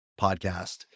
podcast